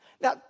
Now